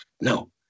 No